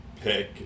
pick